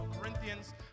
Corinthians